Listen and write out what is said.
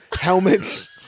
helmets